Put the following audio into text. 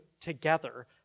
together